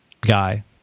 guy